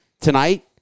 Tonight